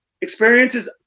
experiences